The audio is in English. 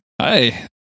hi